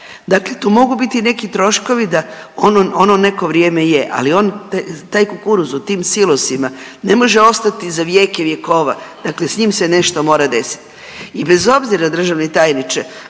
dakle tu mogu biti neki troškovi da ono, ono neko vrijeme je, ali taj kukuruz u tim silosima ne može ostati za vjeke vjekova, dakle s njim se nešto mora desit i bez obzira državni tajniče